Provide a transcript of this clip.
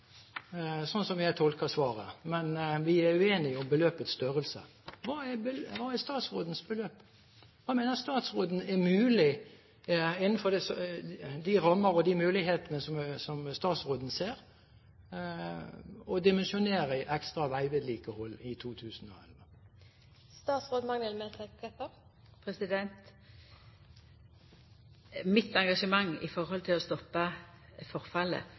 som jeg tolker svaret, men vi er uenige om beløpets størrelse. Hva er statsrådens beløp? Hva mener statsråden er mulig – innenfor de rammer og muligheter som statsråden ser – å dimensjonere i ekstra veivedlikehold i 2011? Mitt engasjement for å stoppa forfallet har faktisk medført 60 pst. i auka løyvingar til